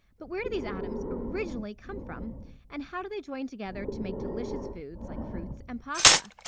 but where do these atoms originally come from and how do they join together to make delicious foods like fruits and pasta?